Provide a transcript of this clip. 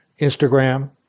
Instagram